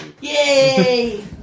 Yay